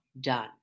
done